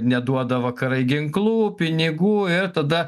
neduoda vakarai ginklų pinigų ir tada